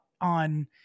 on